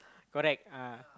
correct ah